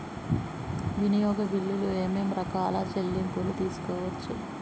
వినియోగ బిల్లులు ఏమేం రకాల చెల్లింపులు తీసుకోవచ్చు?